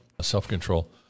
self-control